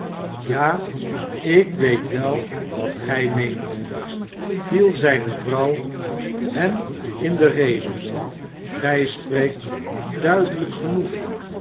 ja ik weet wel wat gij meent viel zijne vrouw hem in de rede gij spreekt duidelijk genoeg